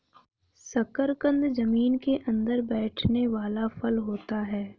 शकरकंद जमीन के अंदर बैठने वाला फल होता है